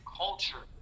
culture